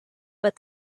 but